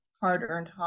hard-earned